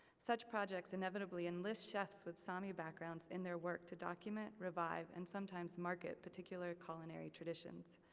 such projects inevitably enlist chefs with sami backgrounds in their work to document, revive, and sometimes market particular culinary traditions.